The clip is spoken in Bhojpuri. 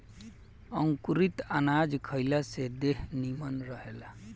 अंकुरित अनाज खइला से देह निमन रहेला